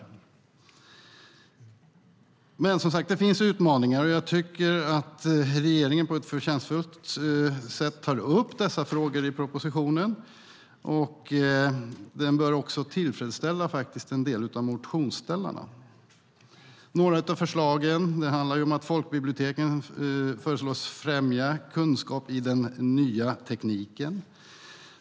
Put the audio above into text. Det finns som sagt utmaningar, och jag tycker att regeringen på ett förtjänstfullt sätt tar upp dessa frågor i propositionen. Den bör också, faktiskt, tillfredsställa en del av motionsställarna. Det handlar till exempel om att folkbiblioteken föreslås främja kunskap i den nya tekniken.